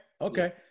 okay